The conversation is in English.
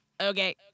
Okay